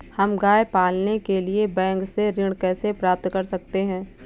हम गाय पालने के लिए बैंक से ऋण कैसे प्राप्त कर सकते हैं?